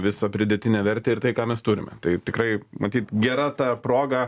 visą pridėtinę vertę ir tai ką mes turime tai tikrai matyt gera ta proga